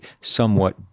somewhat